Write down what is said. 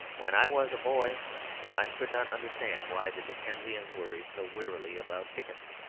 when i was a boy i could not understand why the dickensians worried so wearily about dickens,